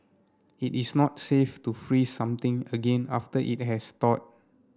it is not safe to freeze something again after it has thawed